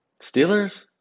Steelers